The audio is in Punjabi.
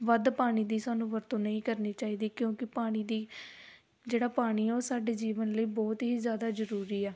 ਵੱਧ ਪਾਣੀ ਦੀ ਸਾਨੂੰ ਵਰਤੋਂ ਨਹੀਂ ਕਰਨੀ ਚਾਹੀਦੀ ਕਿਉਂਕਿ ਪਾਣੀ ਦੀ ਜਿਹੜਾ ਪਾਣੀ ਆ ਉਹ ਸਾਡੇ ਜੀਵਨ ਲਈ ਬਹੁਤ ਹੀ ਜ਼ਿਆਦਾ ਜ਼ਰੂਰੀ ਆ